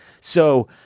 So-